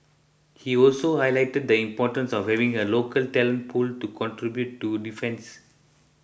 he also highlighted the importance of having a local talent pool to contribute to defence